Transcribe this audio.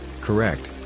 Correct